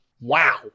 Wow